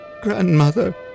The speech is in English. Grandmother